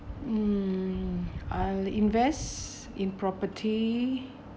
um I'll invest in property